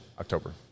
October